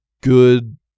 good